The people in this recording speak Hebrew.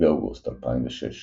2 באוגוסט 2006